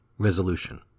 resolution